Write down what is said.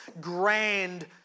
grand